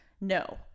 No